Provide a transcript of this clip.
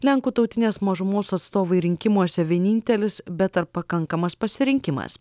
lenkų tautinės mažumos atstovai rinkimuose vienintelis bet ar pakankamas pasirinkimas